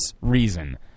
reason